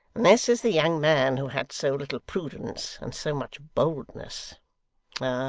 this is the young man who had so little prudence and so much boldness